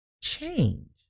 change